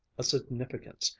a significance,